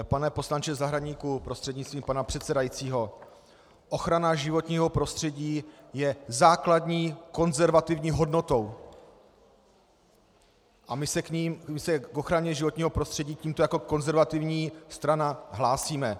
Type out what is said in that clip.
Pane poslanče Zahradníku prostřednictvím pana předsedajícího, ochrana životního prostředí je základní konzervativní hodnotou a my se k ochraně životního prostředí tímto jako konzervativní strana hlásíme.